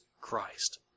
Christ